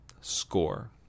score